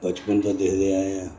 बचपन थमां दिक्खदे आए आं